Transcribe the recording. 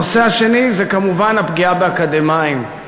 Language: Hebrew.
הנושא השני זה כמובן הפגיעה באקדמאים.